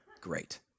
great